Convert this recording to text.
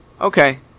okay